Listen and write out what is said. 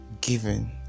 given